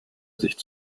gesicht